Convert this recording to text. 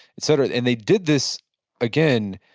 et cetera, and they did this again,